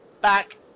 back